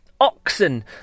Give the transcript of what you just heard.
oxen